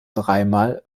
dreimal